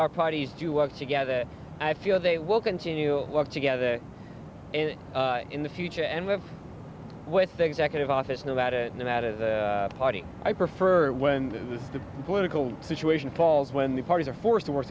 parties to work together i feel they will continue work together and in the future and live with the executive office know that it no matter the party i prefer when the political situation falls when the parties are forced to work